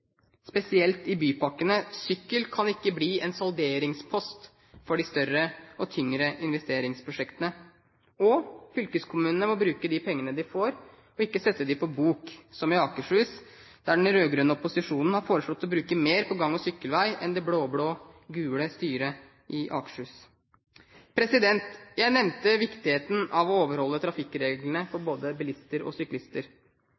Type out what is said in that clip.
spesielt i bypakkene. Sykkel kan ikke bli en salderingspost for de større og tyngre investeringsprosjektene, og fylkeskommunene må bruke de pengene de får, og ikke sette dem på bok, som i Akershus, der den rød-grønne opposisjonen har foreslått å bruke mer på gang- og sykkelvei enn det blå-blå-gule styret i Akershus. Jeg nevnte viktigheten av å overholde trafikkreglene